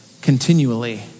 continually